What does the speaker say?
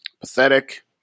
Pathetic